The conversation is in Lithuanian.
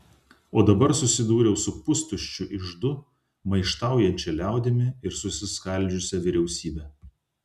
o dabar susidūriau su pustuščiu iždu maištaujančia liaudimi ir susiskaldžiusia vyriausybe